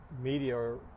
media